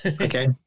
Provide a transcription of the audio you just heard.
okay